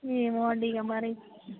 ఏమో అండి ఇంకా మరి